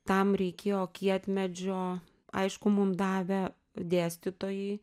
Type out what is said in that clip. tam reikėjo kietmedžio aišku mum davė dėstytojai